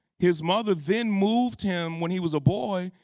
his mother then moved him, when he was a boy,